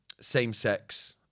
same-sex